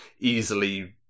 easily